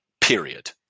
period